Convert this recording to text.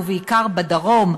ובעיקר בדרום,